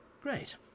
Great